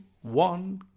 one